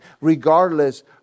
regardless